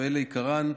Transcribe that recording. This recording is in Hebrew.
ואלה עיקרם,